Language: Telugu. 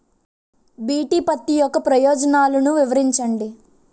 బి.టి పత్తి యొక్క ప్రయోజనాలను వివరించండి?